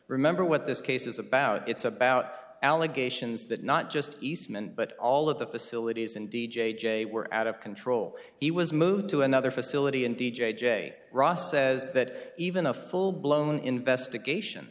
remember what this case is about it's about allegations that not just eastman but all of the facilities in d j j were out of control he was moved to another facility and d j j ross says that even a full blown investigation